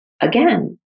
again